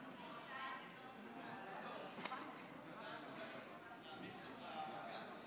לפיכך אני קובע כי ההסתייגות 42 לא עברה.